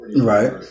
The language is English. Right